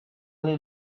only